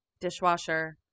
Dishwasher